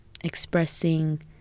expressing